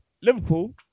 Liverpool